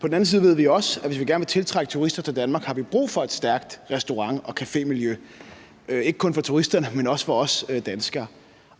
På den anden side ved vi også, at hvis vi gerne vil tiltrække turister til Danmark, har vi brug for et stærkt restaurant- og cafémiljø, ikke kun for turisterne, men også for os danskere.